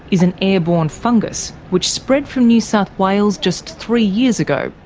is an airborne fungus which spread from new south wales just three years ago.